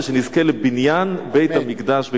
ושנזכה לבניין בית-המדרש בקרוב.